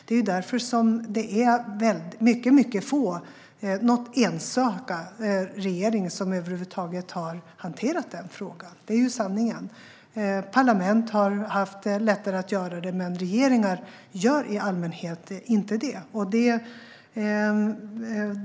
Det är därför som mycket få regeringar - någon enstaka - över huvud taget har hanterat den frågan. Det är ju sanningen. Parlament har haft lättare att hantera frågan, men regeringar gör i allmänhet inte det.